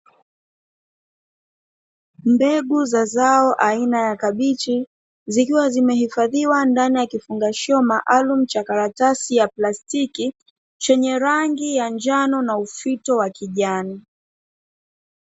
Mbegu za zao aina ya kabichi zikiwa zimehifadhiwa ndani ya kifungashio maalumu cha karatasi ya plastiki chenye rangi ya njano na ufito wa kijani.